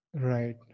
Right